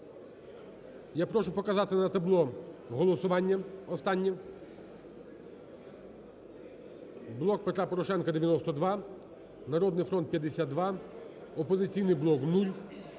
Я прошу показати на табло голосування останнє. "Блок Петра Порошенка" – 92, "Народний фронт" – 52, "Опозиційний блок"